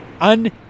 un